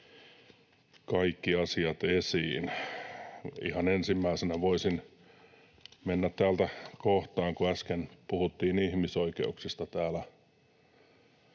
kaikki asiat esiin. Ihan ensimmäisenä voisin mennä täältä tällaiseen kohtaan — kun äsken puhuttiin ihmisoikeuksista täällä